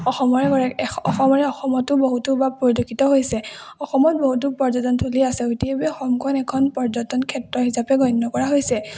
অসমৰে অসমতো বহুতো বা পৰিলক্ষিত হৈছে অসমত বহুতো পৰ্যটনথলি আছে গতিকে অসমখন এখন পৰ্যটন ক্ষেত্ৰ হিচাপে গণ্য কৰা হৈছে